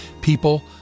People